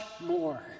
more